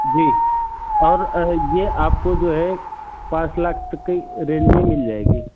जी और यह आपको जो है पाँच लाख तक की रेंज में मिल जाएगी